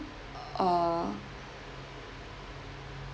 or